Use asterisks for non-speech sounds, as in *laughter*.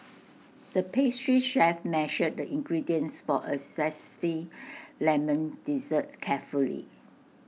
*noise* the pastry chef measured the ingredients for A Zesty Lemon Dessert carefully